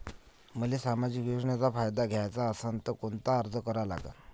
मले सामाजिक योजनेचा फायदा घ्याचा असन त कोनता अर्ज करा लागन?